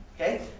Okay